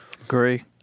Agree